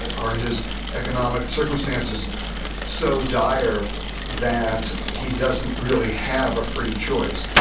are his economic circumstances so dire that he doesn't really have a free choice?